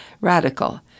radical